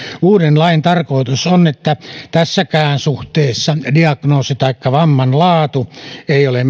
uuden lain tarkoitus on että tässäkään suhteessa diagnoosi taikka vamman laatu ei ole